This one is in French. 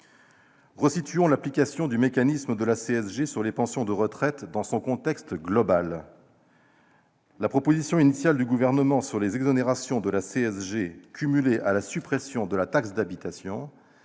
Resituons l'application du mécanisme de la CSG sur les pensions de retraite dans son contexte global. La proposition initiale du Gouvernement sur les exonérations de la CSG cumulées à la suppression de la taxe d'habitation